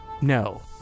No